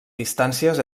distàncies